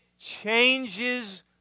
changes